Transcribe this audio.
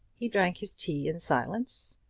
he drank his tea in silence,